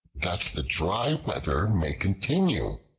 that the dry weather may continue,